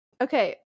Okay